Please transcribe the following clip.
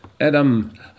Adam